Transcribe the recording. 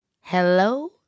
Hello